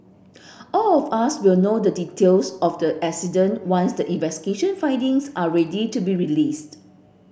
all of us will know the details of the accident once the investigation findings are ready to be released